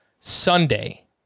Sunday